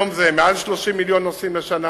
היום זה מעל 30 מיליון נוסעים בשנה,